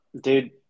Dude